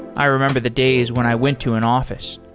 i remember the days when i went to an office.